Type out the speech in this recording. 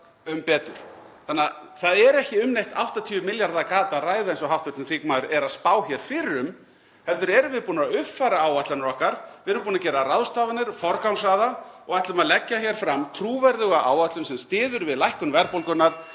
um betur. Þannig að það er ekki um neitt 80 milljarða gat að ræða eins og hv. þingmaður er að spá fyrir um, heldur erum við búin að uppfæra áætlanir okkar. Við erum búin að gera ráðstafanir og forgangsraða og ætlum að leggja fram trúverðuga áætlun sem styður við lækkun verðbólgunnar,